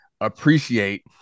appreciate